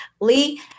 Lee